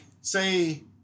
say